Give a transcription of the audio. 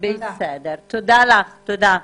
תודה לך.